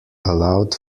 allowed